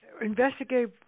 investigate